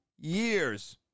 years